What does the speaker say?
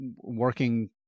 working